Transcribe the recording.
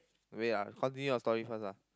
wait ah continue your story first ah